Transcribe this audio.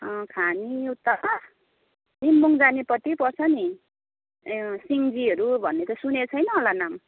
अँ खानी उता निम्बुङ जानेपट्टि पर्छ नि ए अँ सिङ्जीहरू भनेको त सुनेको छैन होला नाम